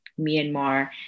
Myanmar